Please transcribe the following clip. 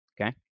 Okay